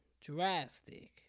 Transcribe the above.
drastic